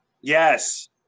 Yes